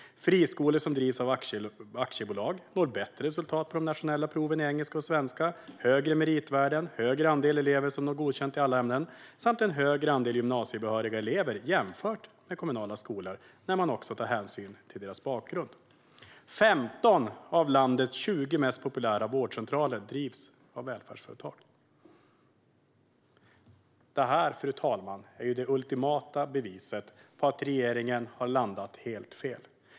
Friskolor som drivs av aktiebolag når bättre resultat på de nationella proven i engelska och svenska, högre meritvärden, högre andel elever som når godkänt i alla ämnen samt högre andel gymnasiebehöriga elever jämfört med kommunala skolor, också när man tar hänsyn till deras bakgrund. 15 av landets 20 mest populära vårdcentraler drivs av välfärdsföretag. Det här, fru talman, är det ultimata beviset på att regeringen har landat helt fel.